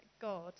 God